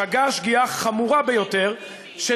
שגה שגיאה חמורה ביותר, לגיטימי.